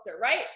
right